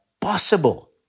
possible